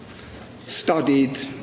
studied,